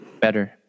better